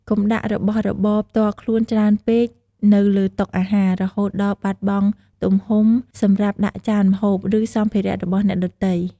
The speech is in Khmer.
កុំដាក់របស់របរផ្ទាល់ខ្លួនច្រើនពេកនៅលើតុអាហារ រហូតដល់បាត់បង់ទំហំសម្រាប់ដាក់ចានម្ហូប ឬសម្ភារៈរបស់អ្នកដទៃ។